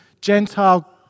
Gentile